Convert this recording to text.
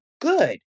good